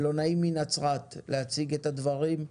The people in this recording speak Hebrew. מלונאי מנצרת, להציג את הדברים.